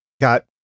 got